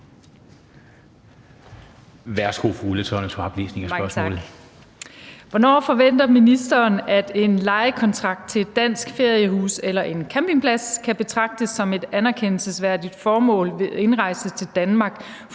Hvornår forventer ministeren at en lejekontrakt til et dansk feriehus eller en campingplads kan betragtes som et anerkendelsesværdigt formål ved indrejse til Danmark,